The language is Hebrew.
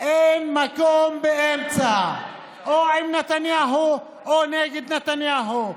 אין מקום באמצע, או עם נתניהו או נגד נתניהו.